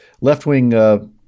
left-wing